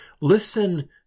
Listen